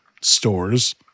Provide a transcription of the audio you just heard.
stores